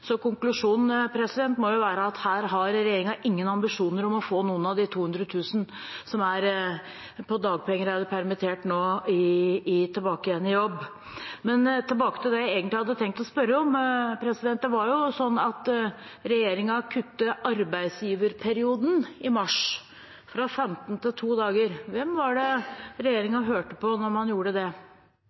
Konklusjonen må være at her har regjeringen ingen ambisjoner om å få noen av de 200 000 som er på dagpenger eller permittert nå, tilbake igjen i jobb. Men tilbake til det jeg egentlig hadde tenkt å spørre om. Det var jo sånn at regjeringen i mars kuttet arbeidsgiverperioden, fra 15 til 2 dager. Hvem var det regjeringen hørte på da man gjorde det?